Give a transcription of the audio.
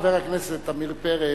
חבר הכנסת עמיר פרץ,